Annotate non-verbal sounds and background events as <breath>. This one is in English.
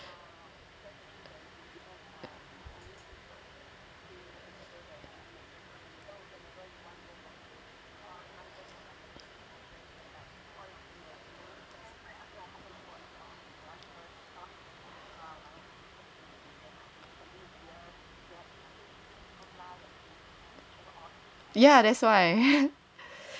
ya that's why <breath>